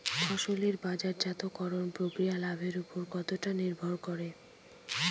ফসলের বাজারজাত করণ প্রক্রিয়া লাভের উপর কতটা নির্ভর করে?